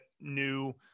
new